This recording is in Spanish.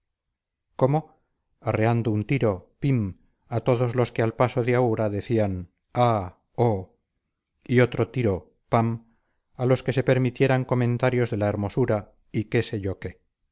cómo arreando un tiro pim a todos los que al paso de aura decían ah oh y otro tiro pam a los que se permitieran comentarios de la hermosura y qué sé yo qué